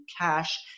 cash